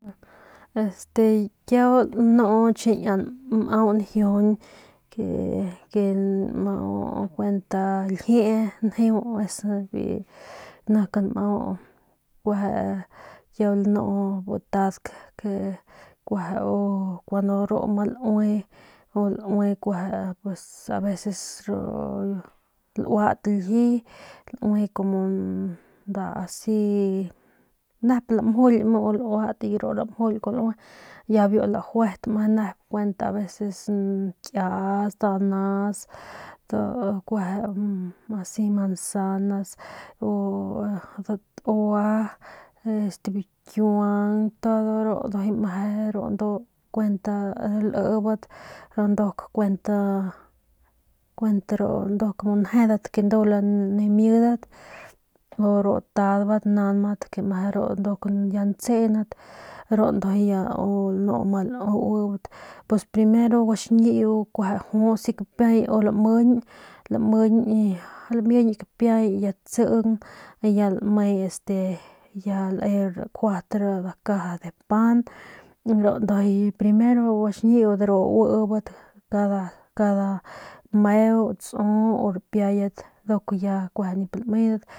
Kiau lanu niña nmau najiujuñ nmau ljiee njeu es nik nmau kueje kiau lnu kueje kun u ru ma lue u laue kueje pus aveces du luat lji lue como nda asi nep lamjuil ya biu lanjuet aveses kias danas kueje asi manzanas u datua este bikiuang todo deru dojoi mje kuen lebat run duk kuenta duk ru njedat nimiedat o ru tabat nambat que mje deru doc ya ntsenat du dujuy ya nu ma aubat pus primero gua xñiu kueje jus bi kpiey lmeñ y lmieñ bi kpiai tsen y ya lme este ya le lkjuat nda caja de pan y ndu dojo primero gua xñiu deru auebat cada meu o tsu rpiayet doc ya kueje nip lmedat.